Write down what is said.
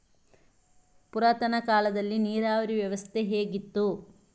ಪುರಾತನ ಕಾಲದಲ್ಲಿ ನೀರಾವರಿ ವ್ಯವಸ್ಥೆ ಹೇಗಿತ್ತು?